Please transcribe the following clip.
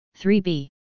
3B